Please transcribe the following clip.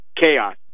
Chaos